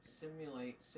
simulate